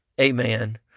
Amen